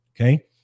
okay